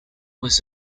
was